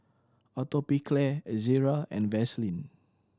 Atopiclair Ezerra and Vaselin